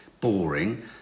boring